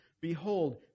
Behold